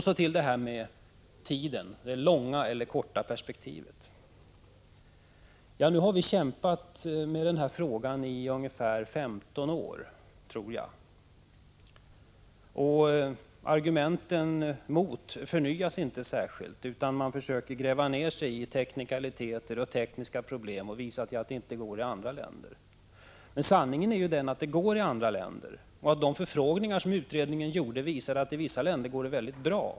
Så till det här med tiden, det långa eller korta perspektivet. Nu har vi kämpat för borttagande av momsen på livsmedel i ungefär 15 år. Argumenten emot förslaget förnyas inte särskilt, utan man gräver ned sig i teknikaliteter och fördjupar sig i tekniska problem och försöker visa att det inte går i andra länder. Men sanningen är att det går i andra länder och att de förfrågningar som utredningen gjorde visade att det i vissa länder går väldigt bra.